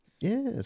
Yes